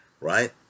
right